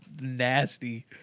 nasty